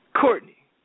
Courtney